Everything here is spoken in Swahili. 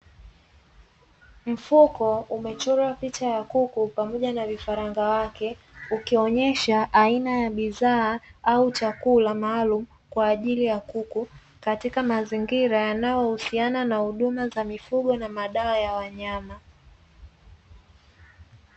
Mfuko umechorwa picha kuku pamoja na vifaranga wake, ikionyesha aina ya bidhaa au chakula maalumu kwajili ya kuku, katika mazingira yanayo husiana huduma za mifugo na mahabara ya wanyama.